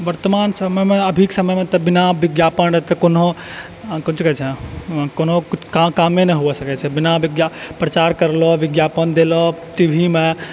वर्तमान समय मे अभीके समय मे तऽ बिना विज्ञापन के कोनो कोन चीज कहे छै कोनो काम कामे नहि होइ सकै छै बिना विज्ञापन प्रचार करलक विज्ञापन देलक टी वी मे